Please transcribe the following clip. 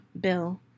Bill